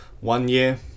one-year